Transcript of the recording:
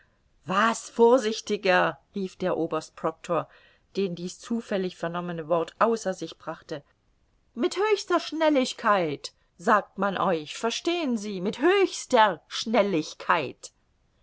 was vorsichtiger rief der oberst proctor den dies zufällig vernommene wort außer sich brachte mit höchster schnelligkeit sagt man euch verstehen sie mit höchster schnelligkeit